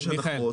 יש הנחות.